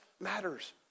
matters